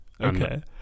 Okay